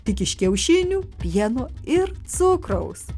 tik iš kiaušinių pieno ir cukraus